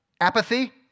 apathy